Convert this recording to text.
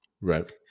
right